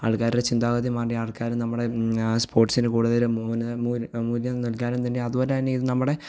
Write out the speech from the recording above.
ആൾക്കാരുടെ ചിന്താഗതി മാറ്റി ആൾക്കാർ നമ്മുടെ സ്പോർട്സിനു കൂടുതൽ മൂ മൂല്യം നല്കാനും തന്നെ അതുപോലെ തന്നെ ഇതു നമ്മുടെ